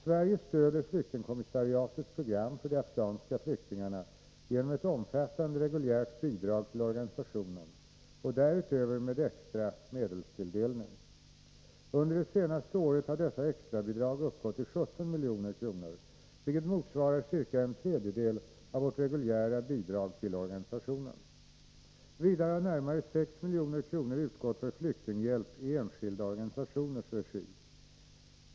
Sverige stöder flyktingkommissariatets program för de afghanska flyktingarna genom ett omfattande reguljärt bidrag till organisationen och därutöver med extra medelstilldelning. Under det senaste året har dessa extrabidrag uppgått till 17 milj.kr., vilket motsvarar ca en tredjedel av vårt reguljära bidrag till organisationen. Vidare har närmare 6 milj.kr. utgått för flyktinghjälp i enskilda organisationers regi.